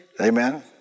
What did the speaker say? Amen